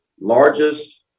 largest